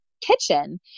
kitchen